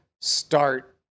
start